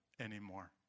anymore